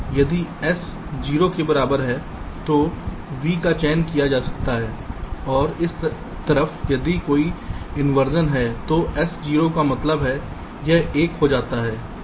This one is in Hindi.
तो यदि s 0 के बराबर है तो v का चयन किया जाता है और इस तरफ यदि कोई इंवर्जन है तो s 0 का मतलब है यह 1 हो जाता है